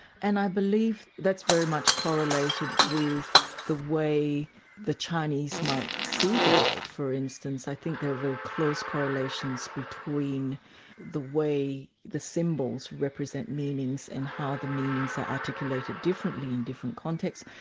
and i believe that's very much correlated with the way the chinese might see the world. for instance, i think there are very close correlations between the way the symbols represent meanings and how the meanings are articulated differently in different contexts,